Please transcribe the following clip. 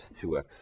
2x